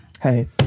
Hey